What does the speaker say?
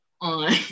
on